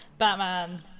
Batman